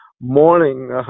morning